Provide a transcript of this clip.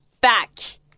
back